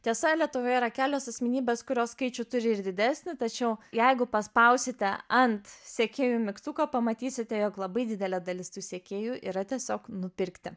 tiesa lietuvoje yra kelios asmenybės kurios skaičių turi ir didesnį tačiau jeigu paspausite ant sekėjų mygtuko pamatysite jog labai didelė dalis tų sekėjų yra tiesiog nupirkti